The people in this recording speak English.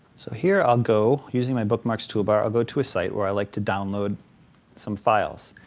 so here i'll go, using my bookmarks toolbar, i'll go to a site where i like to download some files.